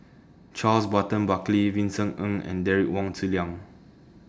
Charles Burton Buckley Vincent Ng and Derek Wong Zi Liang